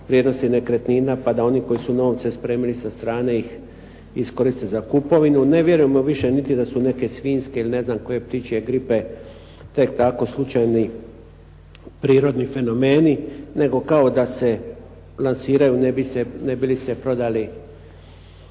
vrijednosti nekretnina pa da oni koji su novce spremili sa strane ih iskoriste za kupovinu. Ne vjerujemo više niti da su neke svinjske ili ne znam koje ptičje gripe tek tako slučajni prirodni fenomeni, nego kao da se lansiraju ne bi li se prodali